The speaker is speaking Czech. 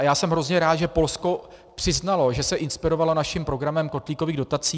Já jsem hrozně rád, že Polsko přiznalo, že se inspirovalo naším programem kotlíkových dotací.